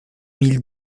mille